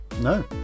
No